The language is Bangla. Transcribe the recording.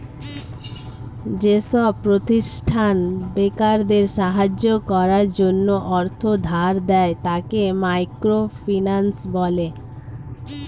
যেসব প্রতিষ্ঠান বেকারদের সাহায্য করার জন্য অর্থ ধার দেয়, তাকে মাইক্রো ফিন্যান্স বলে